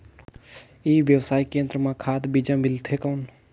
ई व्यवसाय केंद्र मां खाद बीजा मिलथे कौन?